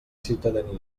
ciutadania